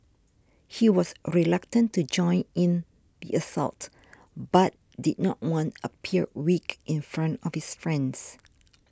he was reluctant to join in assault but did not want appear weak in front of his friends